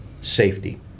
safety